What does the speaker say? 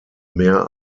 mehr